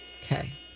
Okay